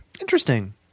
Interesting